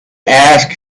asked